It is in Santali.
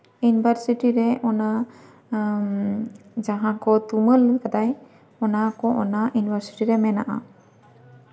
ᱤᱭᱩᱱᱤᱵᱷᱟᱨᱥᱤᱴᱤ ᱨᱮ ᱚᱱᱟ ᱡᱟᱦᱟᱸ ᱠᱚ ᱛᱩᱢᱟᱹᱞ ᱟᱠᱟᱫᱟᱭ ᱚᱱᱟ ᱠᱚ ᱚᱱᱟ ᱤᱭᱩᱱᱤᱵᱷᱟᱨᱥᱤᱴᱤ ᱨᱮ ᱢᱮᱱᱟᱜᱼᱟ